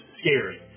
scary